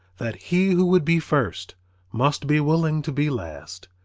that he who would be first must be willing to be last.